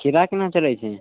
खीरा केना चलै छै